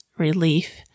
Relief